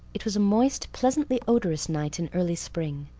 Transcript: it was a moist, pleasantly-odorous night in early spring.